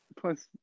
plus